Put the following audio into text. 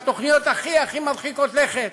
בתוכניות הכי-הכי מרחיקות לכת,